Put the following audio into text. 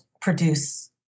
produce